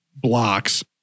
blocks